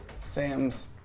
Sam's